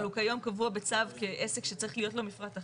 אבל הוא היום קבוע בצו כעסק שצריך להיות לו מפרט אחיד?